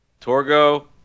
Torgo